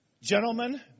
Gentlemen